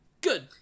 Good